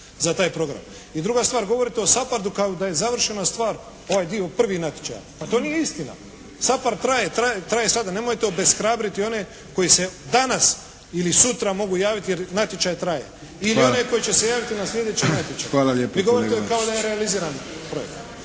za taj program. I druga stvar, govorite o SAPARD-u kao da je završena stvar ovaj dio prvi natječaja. Pa to nije istina. SAPARD traje sada, nemojte obeshrabriti one koji se danas ili sutra mogu javiti jer natječaj traje, ili one koji će se javiti na slijedeći natječaj. Vi govorite kao da je realiziran projekat.